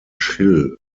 schill